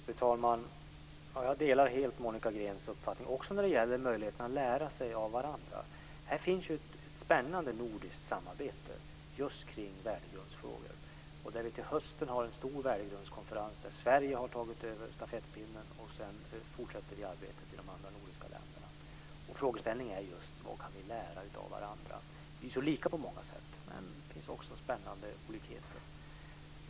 Fru talman! Jag delar helt Monica Greens uppfattning, också när det gäller möjligheten att lära sig av varandra. Det finns ett spännande nordiskt samarbete just kring värdegrundsfrågor. Till hösten anordnas en stor värdegrundskonferens, där Sverige har tagit över stafettpinnen, och sedan fortsätter arbetet i de andra nordiska länderna. Frågeställningen är just: Vad kan vi lära av varandra? Länderna är ju så lika på många sätt, men det finns också spännande olikheter.